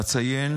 אציין